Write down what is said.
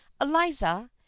Eliza